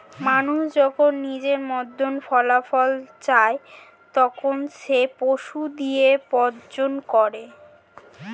মানুষ যখন নিজের মতন ফলাফল চায়, তখন সে পশু দিয়ে প্রজনন করায়